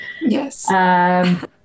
Yes